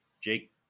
Jake